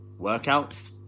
workouts